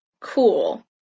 Cool